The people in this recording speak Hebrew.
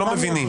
לא מבינים.